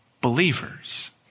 believers